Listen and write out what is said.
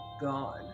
gone